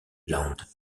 land